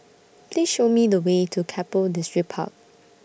Please Show Me The Way to Keppel Distripark